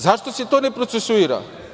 Zašto se to ne procesuira?